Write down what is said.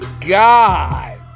god